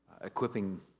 equipping